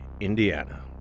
Indiana